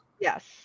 Yes